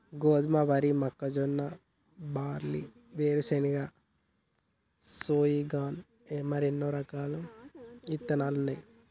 గోధుమ, వరి, మొక్కజొన్న, బార్లీ, వేరుశనగ, సోయాగిన్ ఇలా ఎన్నో రకాలు ఇత్తనాలున్నాయి